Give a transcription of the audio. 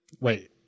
Wait